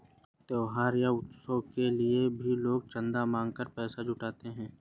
त्योहार या उत्सव के लिए भी लोग चंदा मांग कर पैसा जुटाते हैं